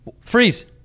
Freeze